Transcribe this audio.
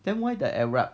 then why the arab